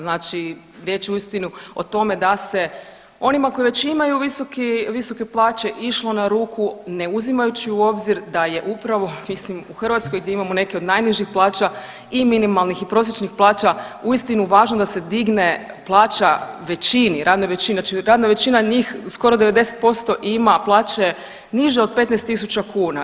Znači riječ je uistinu o tome da se onima koji već imaju visoke plaće išlo na ruku ne uzimajući u obzir da je upravo, mislim, u Hrvatskoj gdje imamo neke od najnižih plaća i minimalnih i prosječnih plaća, uistinu važno da se digne plaća većini, radnoj većini, znači radna većina njih, skoro 90% ima plaće niže od 15 tisuća kuna.